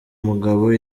mugabo